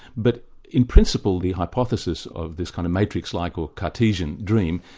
but in principle, the hypothesis of this kind of matrix-like or cartesian dream,